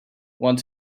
want